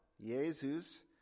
Jesus